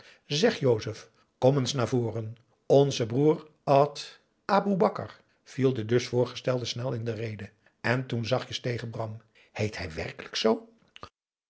zeg josep kom eens naar voren onze broer ad aboe bakar viel de dus voorgestelde snel in de rede en toen zachtjes tegen bram heet hij werkelijk zoo